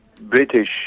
British